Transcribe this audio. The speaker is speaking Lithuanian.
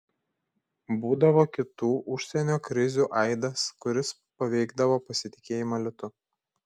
būdavo kitų užsienio krizių aidas kuris paveikdavo pasitikėjimą litu